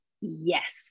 yes